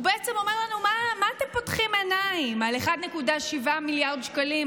הוא בעצם אמר לנו: מה אתם פותחים עיניים על 1.7 מיליארד שקלים